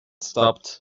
stopped